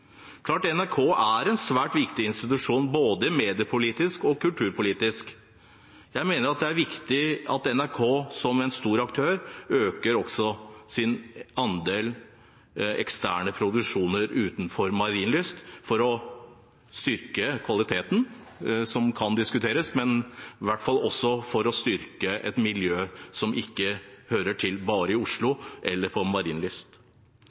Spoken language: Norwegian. klart at NRK er en svært viktig institusjon både mediepolitisk og kulturpolitisk. Jeg mener det er viktig at NRK som en stor aktør også øker sin andel eksterne produksjoner utenfor Marienlyst for å styrke kvaliteten, som kan diskuteres, men i hvert fall også for å styrke et miljø som ikke hører til bare i Oslo eller på